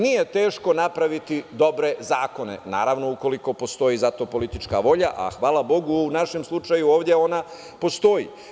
Nije teško napraviti dobre zakone, naravno ukoliko postoji za to politička volja, a hvala Bogu u našem slučaju ovde ona postoji.